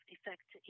Effect